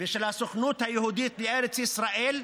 ושל הסוכנות היהודית לארץ ישראל,